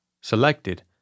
selected